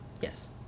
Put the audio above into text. Yes